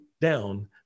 down